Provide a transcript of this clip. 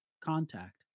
contact